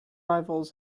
rivals